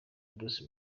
bruce